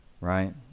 right